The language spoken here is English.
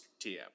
TM